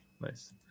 Nice